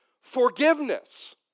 forgiveness